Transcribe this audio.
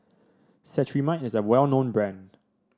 Cetrimide is a well known brand